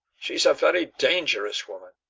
she's a very dangerous woman.